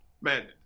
Man